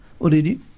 already